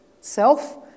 self